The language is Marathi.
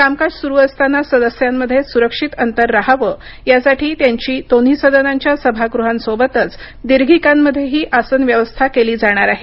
कामकाज सुरू असताना सदस्यांमध्ये सुरक्षित अंतर रहावं यासाठी त्यांची दोन्ही सदनांच्या सभागृहांसोबतच दीर्घीकांमध्येही आसनव्यवस्था केली जाणार आहे